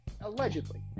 allegedly